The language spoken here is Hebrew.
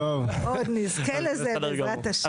עוד נזכה לזה בעזרת השם.